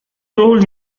told